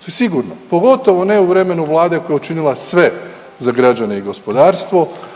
To je sigurno, pogotovo ne u vremenu Vlade koja je učinila sve za građane i gospodarstvo,